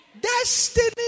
Destiny